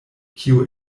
kio